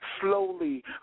Slowly